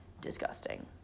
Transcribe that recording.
Disgusting